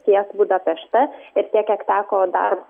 tiek budapešte ir tiek kiek teko dar